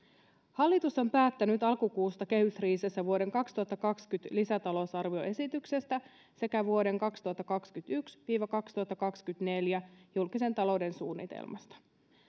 hallitus on päättänyt alkukuusta kehysriihessä vuoden kaksituhattakaksikymmentä lisätalousarvioesityksestä sekä vuoden kaksituhattakaksikymmentäyksi viiva kaksituhattakaksikymmentäneljä julkisen talouden suunnitelmasta